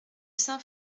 saint